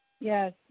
Yes